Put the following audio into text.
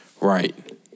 Right